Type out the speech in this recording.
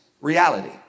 reality